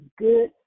good